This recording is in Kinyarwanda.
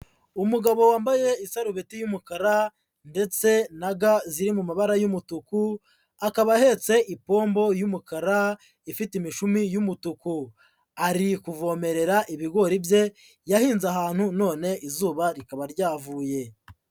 Umugabo wambaye isarubeti y'umukara ndetse na ga ziri mu mabara y'umutuku, akaba ahetse ipombo y'umukara ifite imifumi y'umutuku. Ari kuvomerera ibigori bye yahinze ahantu none izuba rikaba ryavuye.